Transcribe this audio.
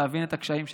להבין את הקשיים שלנו,